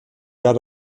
jahr